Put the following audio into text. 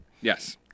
Yes